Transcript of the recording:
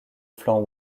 flanc